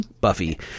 buffy